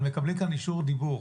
אבל מקבלים כאן אישור דיבור.